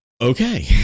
Okay